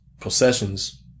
processions